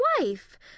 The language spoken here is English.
wife